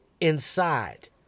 inside